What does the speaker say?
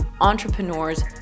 entrepreneurs